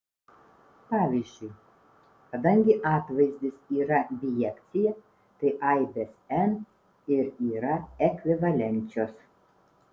pavyzdžiui kadangi atvaizdis yra bijekcija tai aibės n ir yra ekvivalenčios